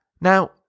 Now